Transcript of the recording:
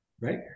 right